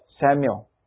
Samuel